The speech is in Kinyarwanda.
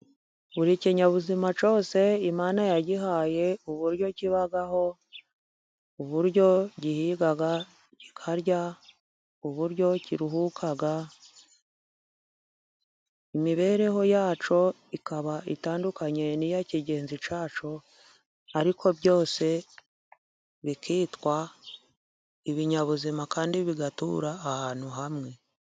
Buri kinyabuzima cyose, Imana yagihaye uburyo kibaho, uburyo gihiga kikarya, uburyo kiruhuka, imibereho yacyo ikaba itandukanye n'iya kigenzi cyaco, ariko byose bikitwa ibinyabuzima kandi bigatura ahantu hamwe.